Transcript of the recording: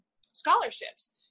scholarships